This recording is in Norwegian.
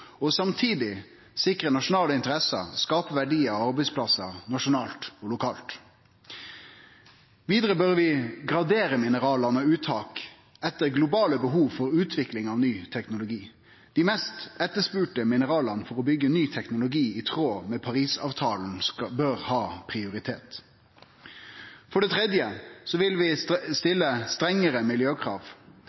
og samtidig sikre nasjonale interesser, skape verdiar og arbeidsplassar, nasjonalt og lokalt. Vidare bør vi gradere minerala og uttak etter globale behov for utvikling av ny teknologi. Dei mest etterspurde minerala for å byggje ny teknologi i tråd med Paris-avtalen bør ha prioritet. For det tredje vil vi stille strengare miljøkrav.